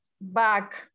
back